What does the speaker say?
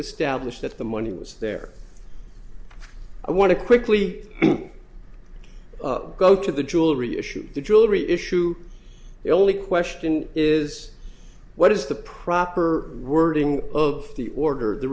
establish that the money was there i want to quickly go to the jewelry issue the jewelry issue the only question is what is the proper wording of the order the